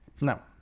No